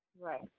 Right